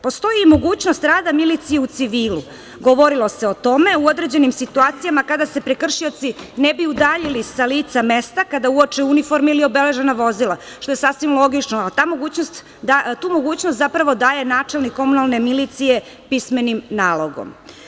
Postoji i mogućnost rada milicije u civilu, govorilo se o tome, u određenim situacijama kada se prekršioci ne bi udaljili sa lica mesta kada uoče uniforme ili obeležena vozila što je sasvim logično, a tu mogućnost zapravo daje načelnik komunalne milicije pismenim nalogom.